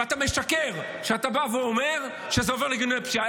ואתה משקר כשאתה בא ואומר שזה עובר לארגוני הפשיעה.